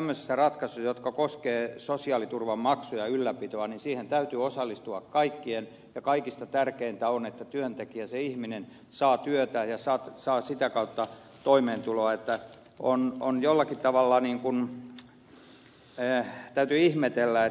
tämmöisiin ratkaisuihin jotka koskevat sosiaaliturvan maksuja ja ylläpitoa täytyy osallistua kaikkien ja kaikista tärkeintä on että työntekijä se ihminen saa työtä ja saa sitä kautta toimeentuloa niin että jollakin tavalla täytyy ihmetellä